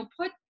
put